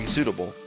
suitable